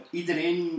iedereen